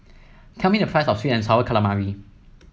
tell me the price of sweet and sour calamari